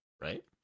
right